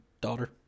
daughter